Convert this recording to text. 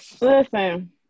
Listen